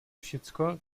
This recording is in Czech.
všecko